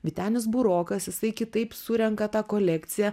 vytenis burokas jisai kitaip surenka tą kolekciją